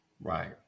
right